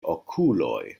okuloj